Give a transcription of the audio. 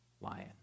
lion